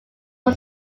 was